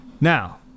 now